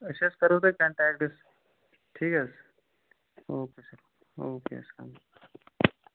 أسۍ حظ کَرو تۄہہِ کَنٹیکٹ ٹھیٖک حظ اوکے سَر اوکے اسلامُ علیکم